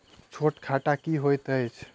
छोट खाता की होइत अछि